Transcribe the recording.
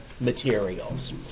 materials